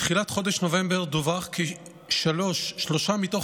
מתחילת חודש נובמבר דווח כי שלושה מתוך